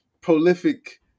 prolific